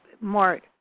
more